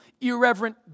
Irreverent